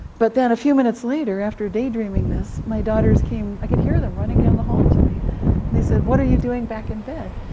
but then, a few minutes later, after daydreaming all this, my daughters came. i could hear them running down the hall to me, and they said, what are you doing back in bed?